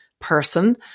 person